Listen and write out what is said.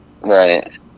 Right